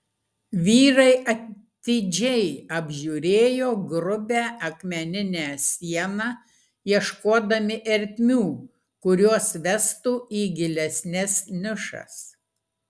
vyrai atidžiai apžiūrėjo grubią akmeninę sieną ieškodami ertmių kurios vestų į gilesnes nišas